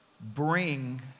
bring